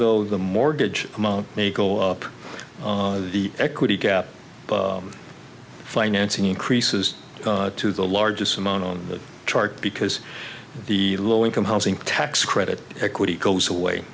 though the mortgage amount may go up the equity gap financing increases to the largest amount on the chart because the low income housing tax credit equity goes